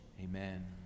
Amen